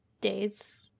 days